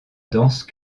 danse